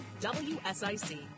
WSIC